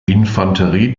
infanterie